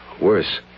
Worse